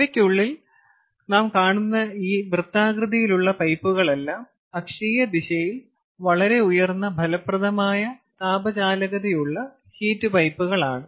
ഇവയ്ക്കുള്ളിൽ കാണുന്ന ഈ വൃത്താകൃതിയിലുള്ള പൈപ്പുകളെല്ലാം അക്ഷീയ ദിശയിൽ വളരെ ഉയർന്ന ഫലപ്രദമായ താപ ചാലകതയുള്ള ഹീറ്റ് പൈപ്പുകളാണ്